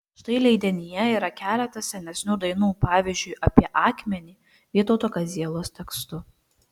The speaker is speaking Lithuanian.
štai leidinyje yra keletas senesnių dainų pavyzdžiui apie akmenį vytauto kazielos tekstu